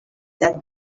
that